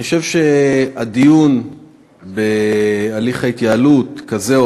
אני חושב שהדיון בהליך התייעלות כזה או